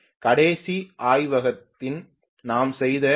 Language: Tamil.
கடைசி ஆய்வகத்தில் நாம் செய்தது டி